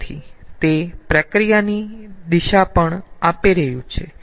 તેથી તે પ્રક્રિયાની દિશા પણ આપી રહ્યું છે